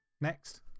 next